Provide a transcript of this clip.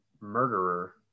murderer